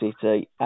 City